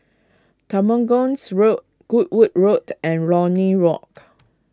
Temenggong Road Goodwood Road and Lornie Walk